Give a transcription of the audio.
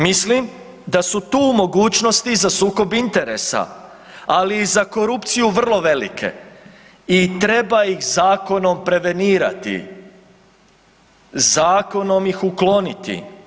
Mislim da su tu mogućnost za sukob interesa, ali i za korupciju vrlo velike i treba ih zakon prevenirati, zakonom ih ukloniti.